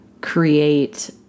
create